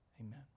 Amen